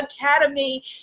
Academy